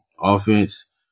offense